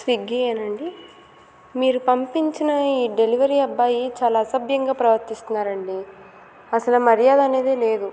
Swiggy ఏనా అండి మీరు పంపించిన ఈ డెలివరీ అబ్బాయి చాలా అసభ్యంగా ప్రవర్తిస్తున్నారు అండి అసలు మర్యాద అనేది లేదు